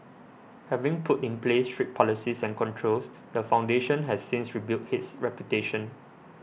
having put in place strict policies and controls the foundation has since rebuilt his reputation